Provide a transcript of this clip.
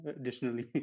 additionally